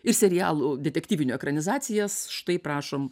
ir serialų detektyvinų ekranizacijas štai prašom